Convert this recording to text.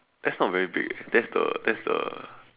that's not very big that's the that's the